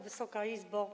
Wysoka Izbo!